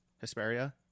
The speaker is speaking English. Hesperia